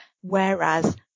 Whereas